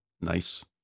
nice